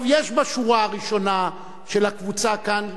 יש בשורה הראשונה של הקבוצה כאן,